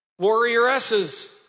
Warrioresses